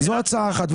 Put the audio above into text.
זאת הצעה אחת.